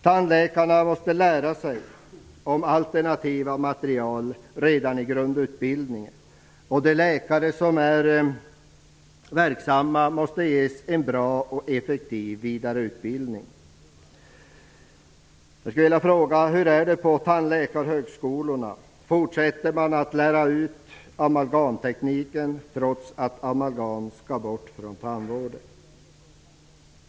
Tandläkarna måste få kunskap om alternativa material redan i grundutbildningen. De läkare som är verksamma måste ges en bra och effektiv vidareutbildning. Förbjuder man amalgam behövs inga vidare åtgärder.